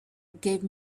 gave